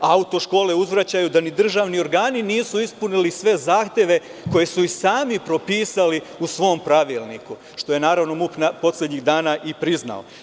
Auto škole uzvraćaju da ni državni organi nisu ispunili sve zahteve koje su i sami propisali u svom pravilniku, što je naravno MUP poslednjih dana i priznao.